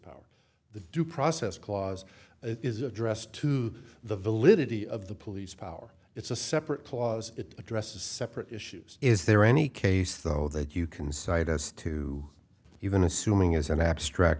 due process clause is addressed to the validity of the police power it's a separate clause it addresses separate issues is there any case though that you can cite as to even assuming as an abstract